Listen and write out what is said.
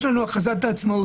יש לנו את הכרזת העצמאות,